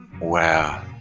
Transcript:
Wow